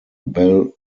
bell